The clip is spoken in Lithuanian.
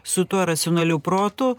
su tuo racionaliu protu